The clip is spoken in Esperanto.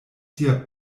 sia